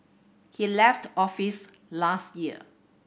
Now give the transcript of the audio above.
he left office last year